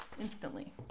Instantly